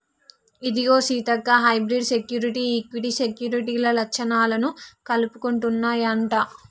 ఇదిగో Seethakka hybrid security, equity సెక్యూరిటీల లచ్చణాలను కలుపుకుంటన్నాయంట